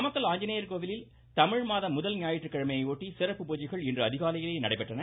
நாமக்கல் ஆஞ்சநேயர் கோவிலில் தமிழ் மாத முதல் ஞாயிற்றுக்கிழமையை ஒட்டி சிறப்பு பூஜைகள் இன்று அதிகாலையிலேயே நடைபெற்றது